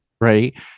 Right